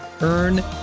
Earn